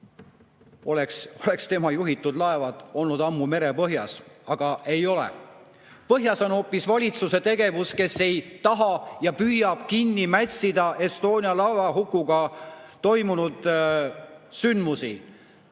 oleks tema juhitud laevad olnud ammu merepõhjas. Aga ei ole. Põhjas on hoopis valitsuse tegevus, kes ei taha [laevahukku uurida] ja püüab kinni mätsida Estonia laevahukuga [seotud] sündmusi.